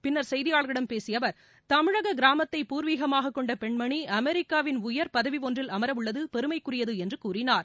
பின்னர் செய்தியாளர்களிடம் பேசிய அவர் தமிழக கிராமத்தை பூர்விகமாக கொண்ட பெண்மணி அமெரிக்காவின் உயர்பதவி ஒன்றில் அமர உள்ளது பெருமைக்குரியது என்று கூறினார்